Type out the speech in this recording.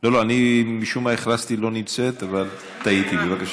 משום מה הכרזתי שאת לא נמצאת אבל טעיתי.